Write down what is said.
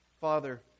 Father